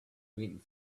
waiting